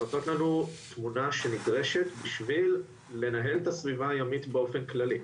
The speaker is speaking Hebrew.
הן נותנות לנו תמונה שנדרשת בשביל לנהל את הסביבה הימית באופן כללי.